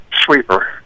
sweeper